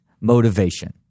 motivation